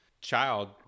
child